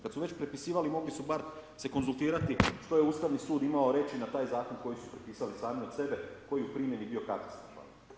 Kada su već prepisivali mogli su se bar konzultirati što je Ustavni sud imao reći na taj zakon koji su prepisali sami od sebe koji je u primjeni bio katastrofalan.